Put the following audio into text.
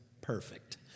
perfect